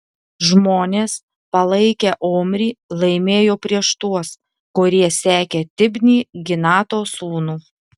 žmonės palaikę omrį laimėjo prieš tuos kurie sekė tibnį ginato sūnų